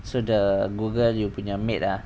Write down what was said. so the google you punya maid ah